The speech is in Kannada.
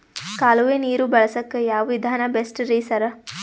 ಕಾಲುವೆ ನೀರು ಬಳಸಕ್ಕ್ ಯಾವ್ ವಿಧಾನ ಬೆಸ್ಟ್ ರಿ ಸರ್?